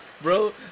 bro